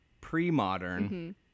pre-modern